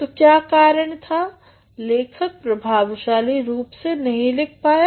तो क्या कारण था लेखक प्रभावशाली रूप से नहीं लिख पाया